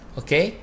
okay